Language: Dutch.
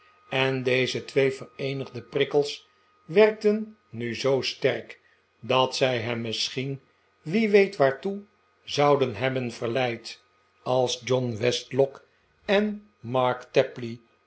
en deze twee vereenigde prikkels werkten nu zoo sterk dat zij hem misschien wie weet waartoe zouden hebben verleid als john westlock en mark tapley